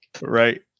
Right